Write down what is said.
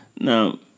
Now